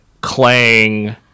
clang